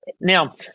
Now